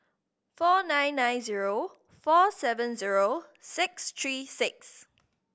four nine nine zero four seven zero six three six